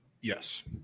Yes